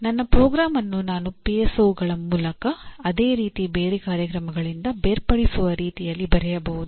ನನ್ನ ಪ್ರೋಗ್ರಾಂ ಅನ್ನು ನಾನು ಪಿಎಸ್ಒಗಳ ಮೂಲಕ ಅದೇ ರೀತಿಯ ಬೇರೆ ಕಾರ್ಯಕ್ರಮಗಳಿಂದ ಬೇರ್ಪಡಿಸುವ ರೀತಿಯಲ್ಲಿ ಬರೆಯಬಹುದು